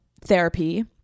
therapy